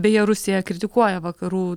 beje rusija kritikuoja vakarų